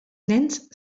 nens